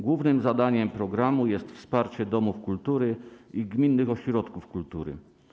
Głównym zadaniem programu jest wsparcie domów kultury i gminnych ośrodków kultury.